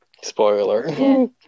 Spoiler